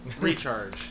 Recharge